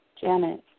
janet